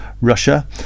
Russia